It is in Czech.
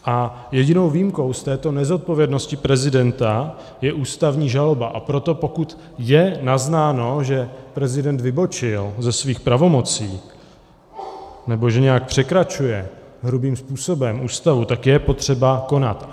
A jedinou výjimkou z této nezodpovědnosti prezidenta je ústavní žaloba, a proto pokud je naznáno, že prezident vybočil ze svých pravomocí nebo že nějak překračuje hrubým způsobem Ústavu, tak je potřeba konat.